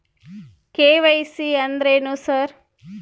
KYC ಅಂದ್ರೇನು sir?